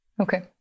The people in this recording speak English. Okay